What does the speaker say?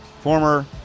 former